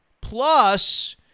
plus